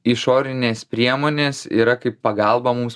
išorinės priemonės yra kaip pagalba mums